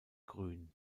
grün